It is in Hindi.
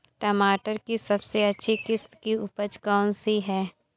टमाटर की सबसे अच्छी किश्त की उपज कौन सी है?